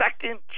second